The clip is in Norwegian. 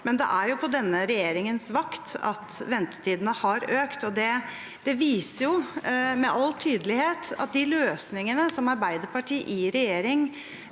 Det er på denne regjeringens vakt at ventetidene har økt, og det viser med all tydelighet at de løsningene som Arbeiderpartiet i regjering